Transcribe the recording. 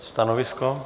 Stanovisko?